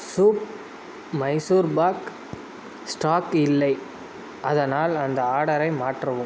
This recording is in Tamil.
ஷுப் மைசூர் பாக் ஸ்டாக் இல்லை அதனால் அந்த ஆர்டரை மாற்றவும்